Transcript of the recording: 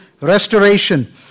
restoration